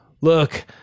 Look